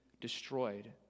destroyed